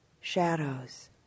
shadows